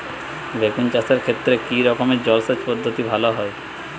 বেগুন চাষের ক্ষেত্রে কি রকমের জলসেচ পদ্ধতি ভালো হয়?